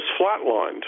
flatlined